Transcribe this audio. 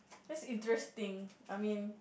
that's interesting I mean